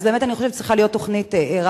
אז באמת אני חושבת שצריכה להיות תוכנית רב-מערכתית,